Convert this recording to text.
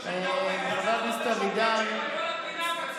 חבר הכנסת אבידר,